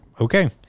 okay